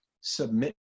submit